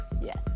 Yes